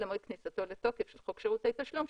למועד כניסתו לתוקף של חוק שירותי תשלום,